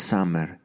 Summer